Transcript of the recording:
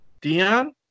Dion